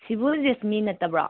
ꯁꯤꯕꯨ ꯖꯦꯁꯃꯤ ꯅꯠꯇꯕ꯭ꯔꯣ